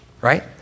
right